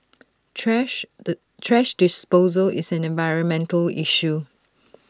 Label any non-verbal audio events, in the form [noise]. thrash [hesitation] thrash disposal is an environmental issue